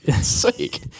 Sick